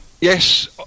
Yes